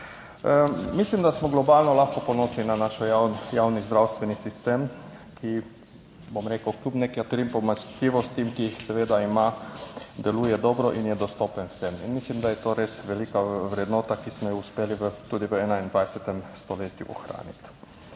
Mislim, da smo globalno lahko ponosni na naš javni zdravstveni sistem, ki, bom rekel, kljub nekaterim pomanjkljivostim, ki jih seveda ima, deluje dobro in je dostopen vsem. In mislim, da je to res velika vrednota, ki smo jo uspeli tudi v 21. stoletju ohraniti.